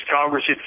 Congress